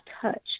touch